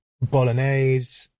Bolognese